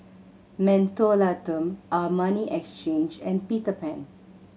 Mentholatum Armani Exchange and Peter Pan